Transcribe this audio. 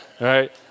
right